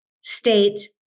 state